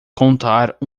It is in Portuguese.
contar